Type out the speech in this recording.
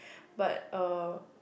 but uh